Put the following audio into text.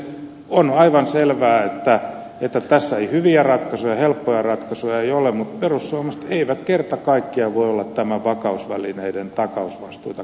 on aivan selvää että tässä ei hyviä ja helppoja ratkaisuja ole mutta perussuomalaiset eivät kerta kaikkiaan voi olla näiden vakausvälineiden takausvastuita kasvattamassa